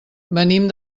venim